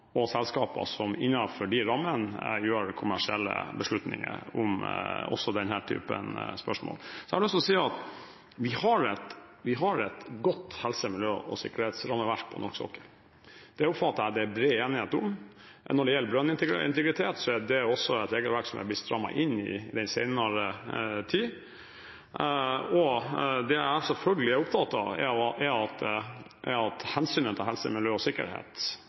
og selskapene, som innenfor de rammene gjør kommersielle beslutninger om også denne type spørsmål. Så har jeg lyst til å si at vi har et godt helse-, miljø- og sikkerhetsrammeverk på norsk sokkel. Det oppfatter jeg det er bred enighet om. Når det gjelder brønnintegritet, er det også et regelverk som er blitt strammet inn i den senere tid, og det jeg selvfølgelig er opptatt av, er at hensynet til helse, miljø og sikkerhet